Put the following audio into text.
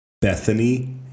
Bethany